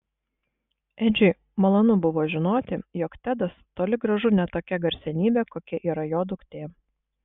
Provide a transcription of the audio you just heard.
edžiui malonu buvo žinoti jog tedas toli gražu ne tokia garsenybė kokia yra jo duktė